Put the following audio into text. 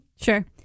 Sure